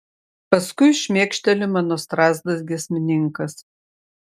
paskui šmėkšteli mano strazdas giesmininkas